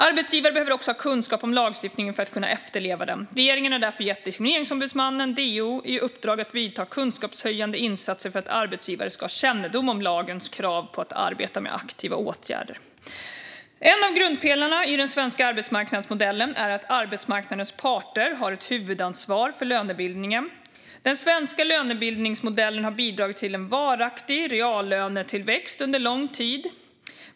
Arbetsgivare behöver också ha kunskap om lagstiftningen för att kunna efterleva den. Regeringen har därför gett Diskrimineringsombudsmannen, DO, i uppdrag att vidta kunskapshöjande insatser för att arbetsgivare ska ha kännedom om lagens krav på att arbeta med aktiva åtgärder. En av grundpelarna i den svenska arbetsmarknadsmodellen är att arbetsmarknadens parter har ett huvudansvar för lönebildningen. Den svenska lönebildningsmodellen har bidragit till en varaktig reallönetillväxt under lång tid.